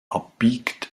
abbiegt